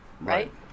right